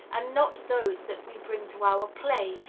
and not those that we bring to our play,